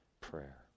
prayer